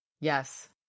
Yes